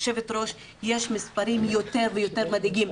יש מספרים יותר ויותר מדאיגים,